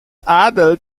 adelt